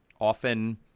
often